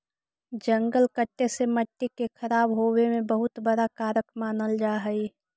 जंगल कटे से मट्टी के खराब होवे में बहुत बड़ा कारक मानल जा हइ